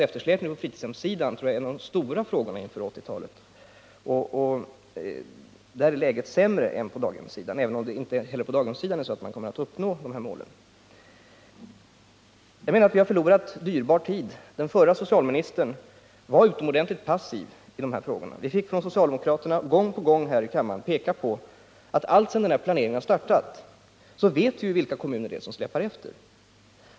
Eftersläpningen på fritidsherassidan är alltså, tror jag, en av de stora frågorna inför 1980-talet, och där är läget sämre än på daghemssidan, även om det inte heller på daghemssidan är så att man kommer att uppnå målen. Jag menar att vi har förlorat dyrbar tid. Den förre socialministern var utomordentligt passiv i dessa frågor. Vi fick från socialdemokraternas sida gång på gång här i kammaren peka på att sedan denna planering startade vet vi vilka kommuner som släpar efter.